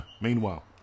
Meanwhile